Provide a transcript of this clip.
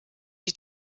die